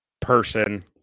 person